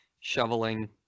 shoveling